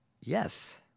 Yes